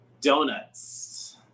Donuts